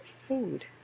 food